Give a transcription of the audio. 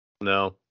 No